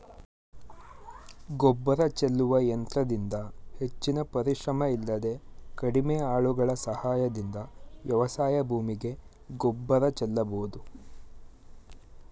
ಗೊಬ್ಬರ ಚೆಲ್ಲುವ ಯಂತ್ರದಿಂದ ಹೆಚ್ಚಿನ ಪರಿಶ್ರಮ ಇಲ್ಲದೆ ಕಡಿಮೆ ಆಳುಗಳ ಸಹಾಯದಿಂದ ವ್ಯವಸಾಯ ಭೂಮಿಗೆ ಗೊಬ್ಬರ ಚೆಲ್ಲಬೋದು